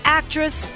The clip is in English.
actress